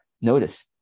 Notice